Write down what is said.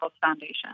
Foundation